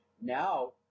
now